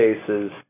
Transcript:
cases